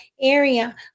area